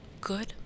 Good